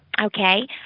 Okay